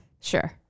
Sure